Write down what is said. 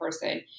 person